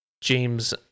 James